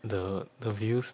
the the views